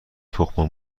تخم